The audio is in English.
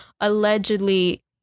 allegedly